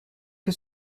que